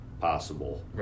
possible